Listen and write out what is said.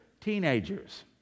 teenagers